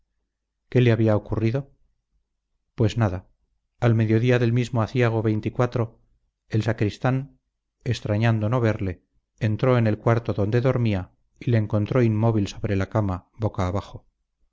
qué le había ocurrido pues nada al mediodía del mismo aciago el sacristán extrañando no verle entró en el cuarto donde dormía y le encontró inmóvil sobre la cama boca abajo